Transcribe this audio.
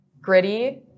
gritty